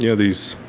yeah these.